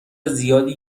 زیادی